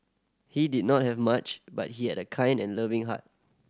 he did not have much but he had a kind and loving heart